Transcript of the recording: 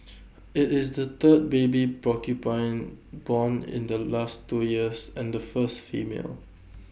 IT is the third baby porcupine born in the last two years and the first female